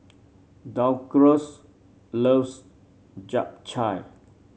Douglass loves Japchae